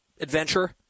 adventure